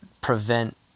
prevent